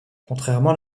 contrairement